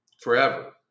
forever